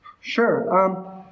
Sure